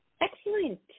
Excellent